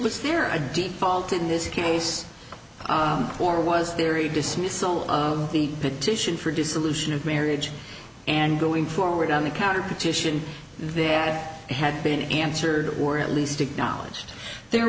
was there a deep fault in this case or was there a dismissal of the petition for dissolution of marriage and going forward on the counter petition that had been answered or at least acknowledged the